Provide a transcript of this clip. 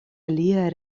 aliaj